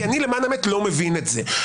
כי אני למען האמת לא מבין את זה.